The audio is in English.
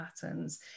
patterns